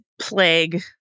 plague